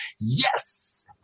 yes